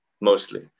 mostly